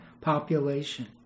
population